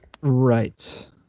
right